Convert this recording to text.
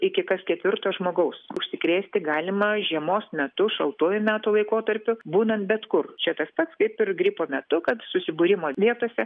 iki kas ketvirto žmogaus užsikrėsti galima žiemos metu šaltuoju metų laikotarpiu būnant bet kur čia tas pats kaip ir gripo metu kad susibūrimo vietose